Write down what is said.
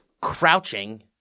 crouching